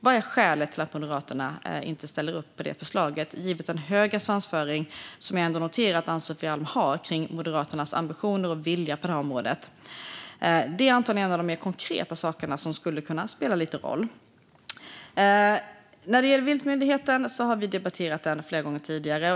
Vad är skälet till att Moderaterna inte ställer upp på det förslaget givet den höga svansföring som jag noterar att Ann-Sofie Alm har kring Moderaternas ambitioner och vilja på det här området? Det är antagligen en av de mer konkreta saker som skulle kunna spela lite roll. När det gäller viltmyndigheten har vi debatterat den flera gånger tidigare.